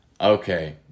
okay